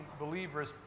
believers